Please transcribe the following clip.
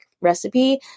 recipe